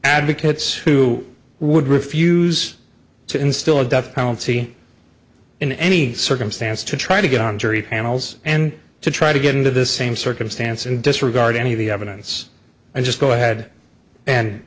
advocates who would refuse to instill a death penalty in any circumstance to try to get on jury panels and to try to get into this same circumstance and disregard any of the evidence and just go ahead and